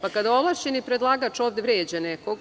Pa kada ovlašćeni predlagač ovde vređa nekog